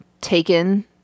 taken